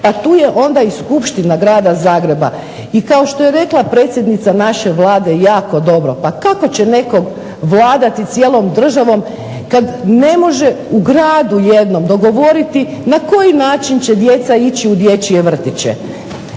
Pa tu je onda i Skupština grada Zagreba. I kao što je rekla predsjednica naše Vlade jako dobro, pa kako će netko vladati cijelom državom kada ne može u gradu jednom dogovoriti na koji način će djeca ići u dječje vrtiće.